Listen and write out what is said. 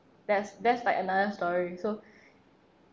that's that's like another story so